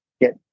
get